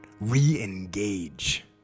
re-engage